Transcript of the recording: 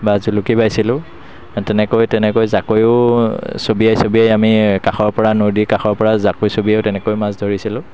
বা জুলুকী বাইছিলোঁ তেনেকৈ তেনেকৈ জাকৈয়ো চবিয়াই চবিয়াই আমি কাষৰপৰা নদীৰ কাষৰপৰা জাকৈ চবিয়াই তেনেকৈয়ো মাছ ধৰিছিলোঁ